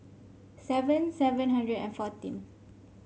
seven seven hundred and fourteen